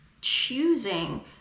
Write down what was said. choosing